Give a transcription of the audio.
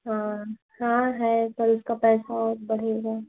हाँ हाँ है पर उसका पैसा और बढ़ेगा